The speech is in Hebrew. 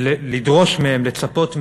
ולדרוש מהן, לצפות מהן,